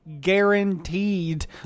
guaranteed